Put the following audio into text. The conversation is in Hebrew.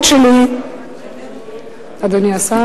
ההסתייגות שלי, אדוני השר?